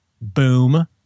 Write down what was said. Boom